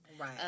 Right